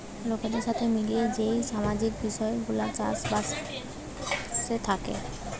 লোকদের সাথে মিলিয়ে যেই সামাজিক বিষয় গুলা চাষ বাসে থাকে